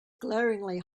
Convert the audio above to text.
glaringly